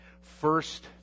first